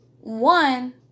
one